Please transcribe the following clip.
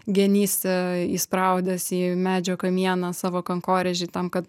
genys įspraudęs į medžio kamieną savo kankorėžį tam kad